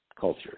culture